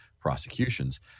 prosecutions